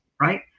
right